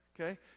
okay